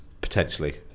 Potentially